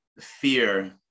fear